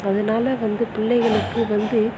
அதனால் வந்து பிள்ளைகளுக்கு வந்து